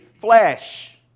flesh